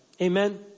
Amen